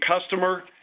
customer